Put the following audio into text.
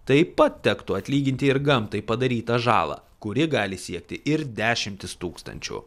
taip pat tektų atlyginti ir gamtai padarytą žalą kuri gali siekti ir dešimtis tūkstančių